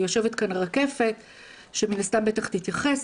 יושבת כאן רקפת שמן הסתם בטח תתייחס,